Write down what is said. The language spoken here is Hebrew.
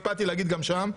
הקפדתי להגיד גם שם,